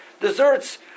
Desserts